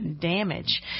damage